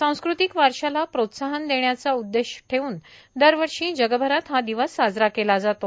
सांस्कृतिक वारश्याला प्रोत्साहन देण्याचं उद्देश ठेवून दरवर्षी जगभरात हा दिवस साजरा केला जातो